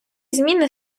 зміни